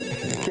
אז אני אשמח,